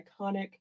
iconic